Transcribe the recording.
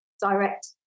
direct